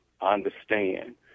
understand